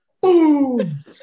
boom